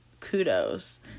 Kudos